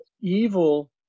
evil